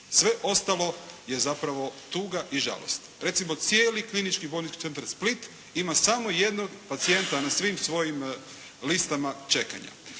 Sve ostalo je zapravo tuga i žalost. Recimo, cijeli Klinički bolnički centar Split ima samo jednog pacijenta na svim svojim listama čekanja.